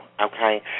okay